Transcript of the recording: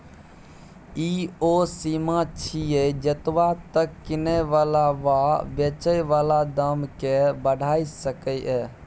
ई ओ सीमा छिये जतबा तक किने बला वा बेचे बला दाम केय बढ़ाई सकेए